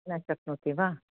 न शक्नोति वा